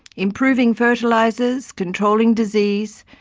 improving fertilisers, controlling disease,